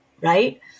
right